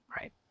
right